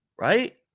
right